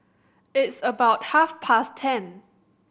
its about half past ten